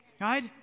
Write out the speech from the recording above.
Right